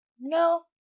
No